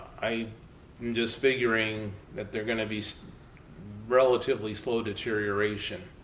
i mean just figuring that they're gonna be relatively slow deterioration.